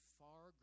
far